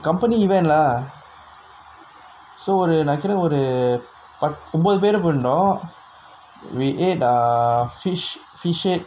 company event lah so ஒரு நினைக்கிரே ஒரு பத்~ ஒம்பது பேரு பூந்தோ:oru ninaikkurae oru path~ ombethu peru poontho we ate ah fish fish head